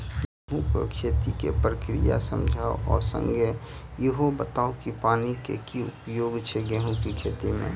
गेंहूँ केँ खेती केँ प्रक्रिया समझाउ आ संगे ईहो बताउ की पानि केँ की उपयोग छै गेंहूँ केँ खेती में?